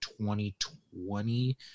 2020